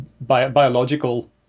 biological